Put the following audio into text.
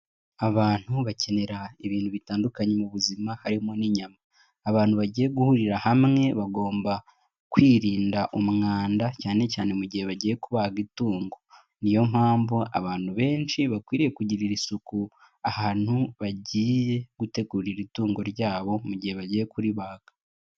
Abantu bakenera ibintu bitandukanye mu buzima harimo n'inyama. Abantu bagiye guhurira hamwe bagomba kwirinda umwanda cyane cyane mu gihe bagiye kubaga itungo, niyo mpamvu abantu benshi bakwiriye kugirira isuku ahantu bagiye gutegurira itungo ryabo mu gihe bagiye kuribaga.